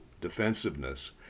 defensiveness